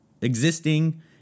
existing